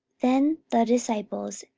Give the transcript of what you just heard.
then the disciples,